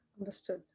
Understood